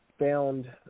found